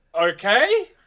okay